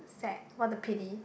sad what a pity